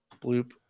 Bloop